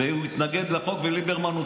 אבל אתה לא יודע את העובדות.